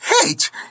hate